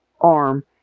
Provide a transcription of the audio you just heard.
arm